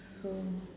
so